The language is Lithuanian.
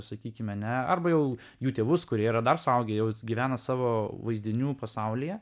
sakykime ne arba jau jų tėvus kurie yra dar suaugę jau gyvena savo vaizdinių pasaulyje